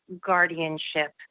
guardianship